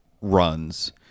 runs